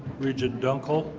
regent dunkel,